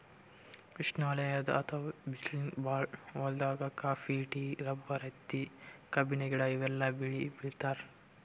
ಉಷ್ಣವಲಯದ್ ಅಥವಾ ಬಿಸ್ಲ್ ಭಾಳ್ ಹೊಲ್ದಾಗ ಕಾಫಿ, ಟೀ, ರಬ್ಬರ್, ಹತ್ತಿ, ಕಬ್ಬಿನ ಗಿಡ ಇವೆಲ್ಲ ಬೆಳಿ ಬೆಳಿತಾರ್